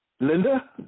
Linda